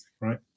right